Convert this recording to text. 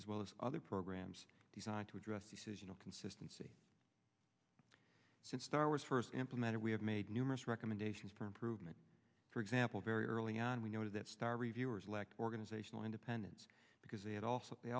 as well as other programs designed to address decisional consistency since starwars first implemented we have made numerous recommendations for improvement for example very early on we know that star reviewers lacked organizational independence because it also they